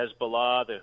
Hezbollah